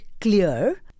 clear